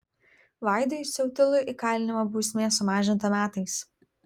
vaidui siautilui įkalinimo bausmė sumažinta metais